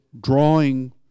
drawing